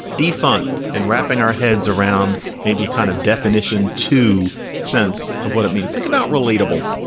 defund and wrapping our heads around maybe kind of definition to sense of what it means. think about relatable.